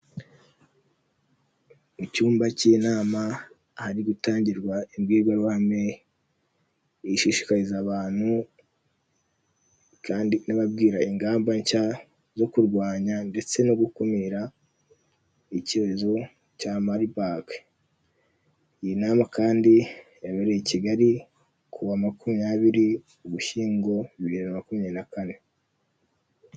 Mu cyumba K'inama hari gutangirwa imbwirwaruhame ishishikariza abantu kandi ikababwira ingamba nshya zo kurwanya ndetse no gukumira icyorezo cya maribaga. iyi nama kandi yabereye i kigali ku wa makumyabiri ugushyingo bibiri na makumyabiri na kane.